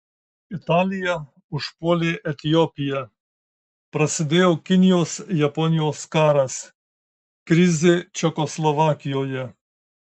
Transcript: italija užpuolė etiopiją prasidėjo kinijos japonijos karas krizė čekoslovakijoje